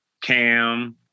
Cam